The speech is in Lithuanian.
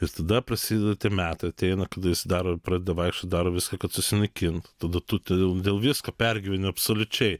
ir tada prasideda tie metai ateina kada jis daro pradeda vaikščiot daro viską kad susinaikint tada tu ten dėl dėl visko pergyveni absoliučiai